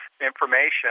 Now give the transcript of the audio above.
information